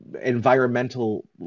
environmental